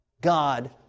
God